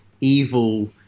evil